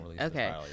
okay